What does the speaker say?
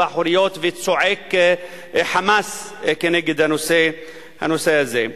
האחוריות וצועק חמס כנגד הנושא הזה.